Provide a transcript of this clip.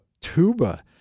Tuba